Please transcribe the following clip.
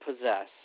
possess